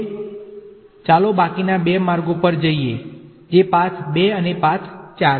હવે ચાલો બાકીના બે માર્ગો પર જઈએ જે પાથ 2 અને પાથ 4 છે